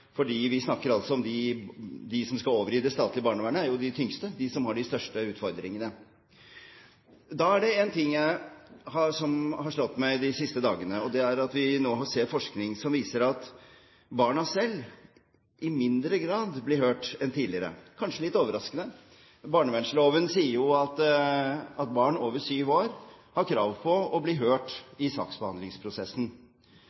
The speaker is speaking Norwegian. om at de som skal over i det statlige barnevernet, er jo de tyngste, de som har de største utfordringene. Da er det én ting som har slått meg de siste dagene, og det er at vi nå ser forskning som viser at barna selv i mindre grad enn tidligere blir hørt – kanskje litt overraskende. Barnevernsloven sier jo at barn over syv år har krav på å bli